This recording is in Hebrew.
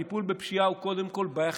טיפול בפשיעה הוא קודם כול בעיה חברתית.